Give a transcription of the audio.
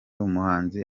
umuhanzi